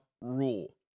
rule